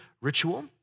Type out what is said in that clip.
ritual